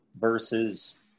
versus